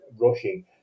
rushing